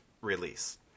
release